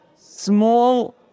small